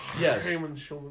Yes